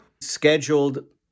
scheduled